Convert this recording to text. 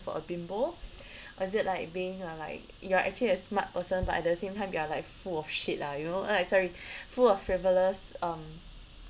for a bimbo or is it like being uh like you're actually a smart person but at the same time you are like full of shit lah you know or like so full of frivolous um